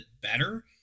better